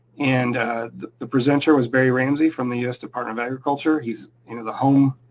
and the presenter was barry ramsey from the us department of agriculture. he's you know the home